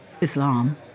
Islam